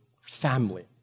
family